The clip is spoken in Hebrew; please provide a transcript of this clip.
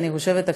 אני חושבת,